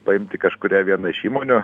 paimti kažkurią vieną iš įmonių